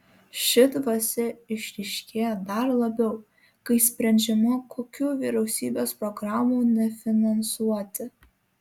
ši dvasia išryškėja dar labiau kai sprendžiama kokių vyriausybės programų nefinansuoti